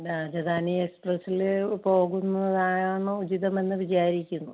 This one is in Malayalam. രാജധാനി എക്സ്പ്രസില് പോകുന്നതാണ് ഉചിതമെന്ന് വിചാരിക്കുന്നു